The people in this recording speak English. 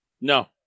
no